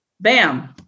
bam